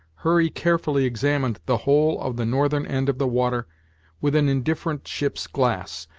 hurry carefully examined the whole of the northern end of the water with an indifferent ship's glass,